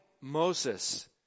Moses